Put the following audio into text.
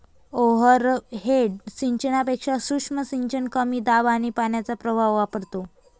overhead सिंचनापेक्षा सूक्ष्म सिंचन कमी दाब आणि पाण्याचा प्रवाह वापरतो